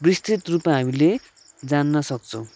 विस्तृत रूपमा हामीले जान्न सक्छौँ